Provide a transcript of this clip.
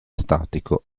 statico